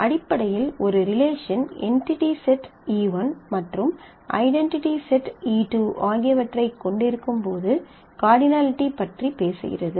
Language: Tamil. அடிப்படையில் ஒரு ரிலேஷன் என்டிடி செட் E1 மற்றும் ஐடென்டிட்டி செட் E2 ஆகியவற்றைக் கொண்டிருக்கும்போது கார்டினலிட்டி பற்றி பேசுகிறது